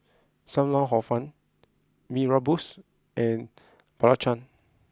Sam Lau Hor Fun Mee Rebus and Belacan